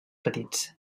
petits